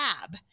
lab